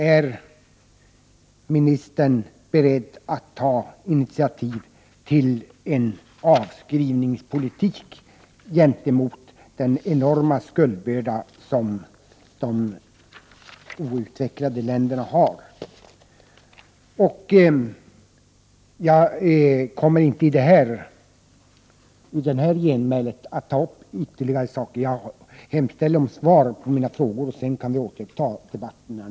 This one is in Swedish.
Är ministern beredd att ta initiativ till en avskrivningspolitik gentemot de outvecklade länderna med tanke på deras enorma skuldbörda? Jag kommer inte att ta upp ytterligare saker i detta genmäle, utan jag hemställer, som sagt, om statsrådets svar på mina frågor. Därefter kan debatten återupptas.